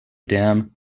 dam